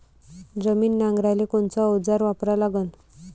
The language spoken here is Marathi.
जमीन नांगराले कोनचं अवजार वापरा लागन?